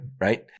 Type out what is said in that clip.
right